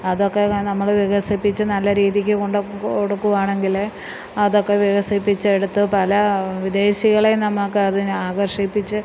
അതൊക്കെ നമ്മള് വികസിപ്പിച്ച് നല്ല രീതിക്ക് കൊണ്ടു കൊടുക്കുവാണെങ്കില് അതൊക്കെ വികസിപ്പിച്ചെടുത്ത് പല വിദേശികളെ നമുക്ക് അതിന് ആകർഷിപ്പിച്ച്